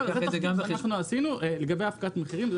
עשינו לגבי הפקעת מחירים.